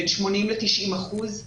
בין 80 ל-90 אחוזים,